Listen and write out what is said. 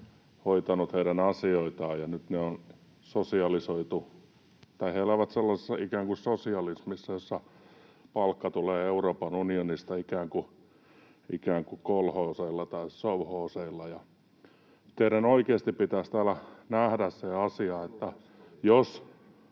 hoitanut heidän asioitaan, ja nyt heidät on sosialisoitu, tai he elävät sellaisessa ikään kuin sosialismissa, jossa palkka tulee Euroopan unionista ikään kuin kolhooseilla tai sovhooseilla. Teidän oikeasti pitäisi nähdä se asia, että jos